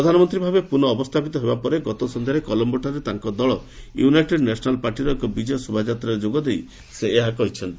ପ୍ରଧାନମନ୍ତ୍ରୀ ଭାବେ ପୁନଃ ଅବସ୍ଥାପିତ ହେବା ପରେ ଗତସନ୍ଧ୍ୟାରେ କଲମ୍ବୋଠାରେ ତାଙ୍କ ଦଳ ୟୁନାଇଟେଡ୍ ନ୍ୟାସନାଲ୍ ପାର୍ଟିର ଏକ ବିଜୟ ଶୋଭାଯାତ୍ରାରେ ଯୋଗଦେଇ ସେ ଏହା କହିଛନ୍ତି